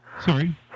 Sorry